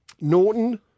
Norton